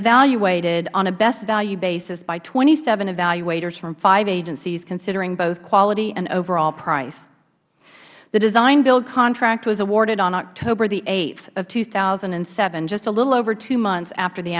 evaluated on a best value basis by twenty seven evaluators from five agencies considering both quality and overall price the design build contract was awarded on october the th of two thousand and seven just a little over two months after the